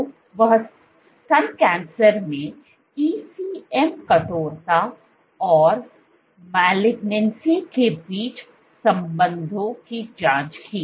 तो वह स्तन कैंसर में ECM कठोरता और मालिगनेंसी के बीच संबंधों की जांच की